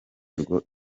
rwo